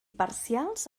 parcials